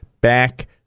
back